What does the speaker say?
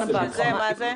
ומה זה?